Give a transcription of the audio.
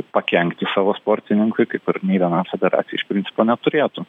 pakenkti savo sportininkui kaip ir nei viena federacija iš principo neturėtų